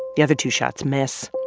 the other two shots miss,